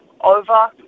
over